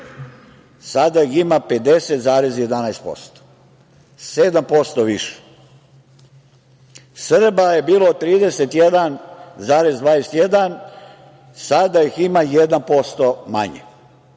sada ih ima 50,11%, 7% više. Srba je bilo 31,21%, sada ih ima 1% manje.